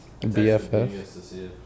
BFF